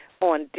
on